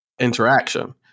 interaction